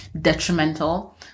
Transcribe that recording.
detrimental